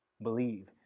Believe